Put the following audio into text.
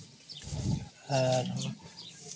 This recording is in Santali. ᱟᱨ